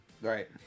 Right